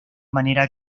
manera